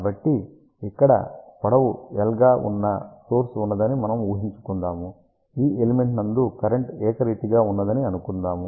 కాబట్టి ఇక్కడ పొడవు L గా గల సోర్స్ ఉన్నదని మనము ఉహించుకుందాము ఈ ఎలిమెంట్ నందు కరెంట్ ఏకరీతిగా ఉన్నదని అనుకుందాము